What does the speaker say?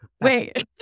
wait